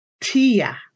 tia